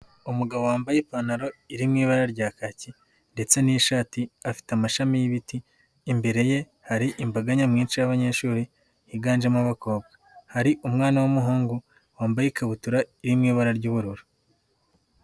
Umugabo wambaye ipantaro iri mu ibara rya kaki ndetse n'ishati, afite amashami y'ibiti, imbere ye hari imbaga nyamwinshi y'abanyeshuri higanjemo abakobwa, hari umwana w'umuhungu wambaye ikabutura iri mu ibara ry'ubururu.